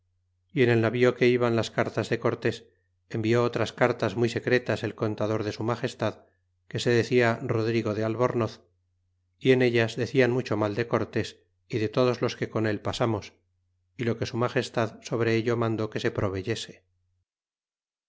en el navío que iban las cartas de cortés envió otras cartas muy secretas el contador de su magestad que se decia rodrigo de albornoz y en ellas decian mucho mal de cortés y de todos los que con él pasamos y lo que su magestad sobre ello mandó que se proveyese